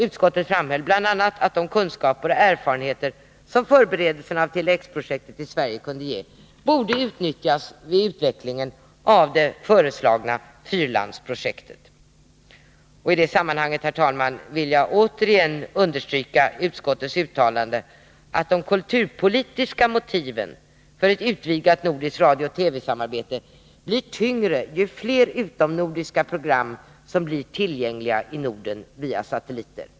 Utskottet framhöll bl.a. att de kunskaper och erfarenheter som förberedelserna av Tele-X-projektet i Sverige kunde ge borde utnyttjas vid utvecklingen av det föreslagna fyrlandsprojektet. I det sammanhanget, herr talman, vill jag återigen understryka utskottets uttalande att de kulturpolitiska motiven för ett utvidgat nordiskt radiooch TV-samarbete blir tyngre ju fler utomnordiska program som blir tillgängliga i Norden via satelliter.